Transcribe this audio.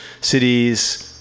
cities